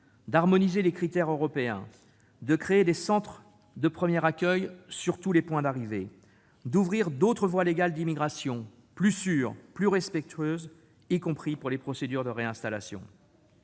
d'harmoniser les critères européens, de créer des centres de premier accueil sur tous les points d'arrivée, d'ouvrir d'autres voies légales d'immigration, plus sûres, plus respectueuses, y compris s'agissant des procédures de réinstallation.